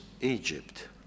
Egypt